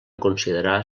considerar